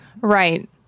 Right